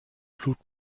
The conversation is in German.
blut